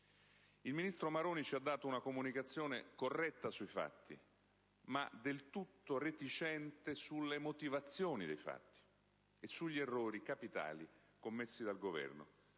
Il ministro Maroni ci ha dato una comunicazione corretta sui fatti, ma del tutto reticente sulle motivazioni dei fatti e sugli errori capitali commessi dal Governo.